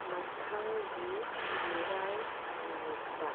ꯃꯊꯪꯒꯤ ꯏꯔꯥꯏ ꯅꯨꯃꯤꯠꯇ